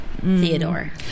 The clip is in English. Theodore